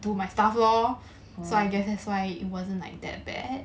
oh